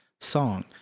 song